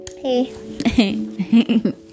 hey